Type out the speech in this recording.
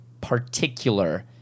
particular